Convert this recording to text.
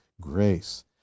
grace